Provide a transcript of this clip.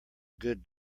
good